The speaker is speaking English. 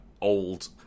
old